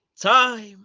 Time